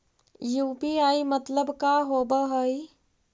UPI मतलब का होब हइ?